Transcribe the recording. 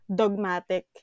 dogmatic